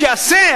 שיעשה,